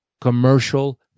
commercial